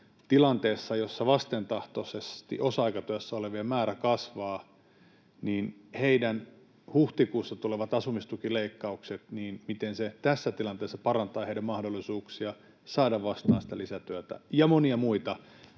sen, että kun vastentahtoisesti osa-aikatyössä olevien määrä kasvaa, niin miten huhtikuussa tulevat asumistukileikkaukset tässä tilanteessa parantavat heidän mahdollisuuksiaan saada lisätyötä, ja monia muita